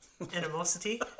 animosity